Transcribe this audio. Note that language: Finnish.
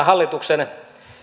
hallituksen